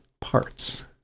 parts